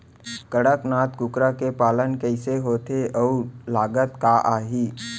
कड़कनाथ कुकरा के पालन कइसे होथे अऊ लागत का आही?